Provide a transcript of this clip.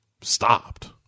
stopped